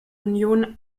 union